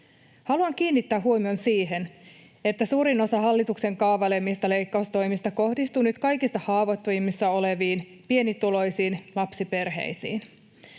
Haluan kiinnittää huomion siihen, että suurin osa hallituksen kaavailemista leikkaustoimista kohdistuu nyt kaikista haavoittuvimmassa asemassa oleviin, pienituloisiin, lapsiperheisiin,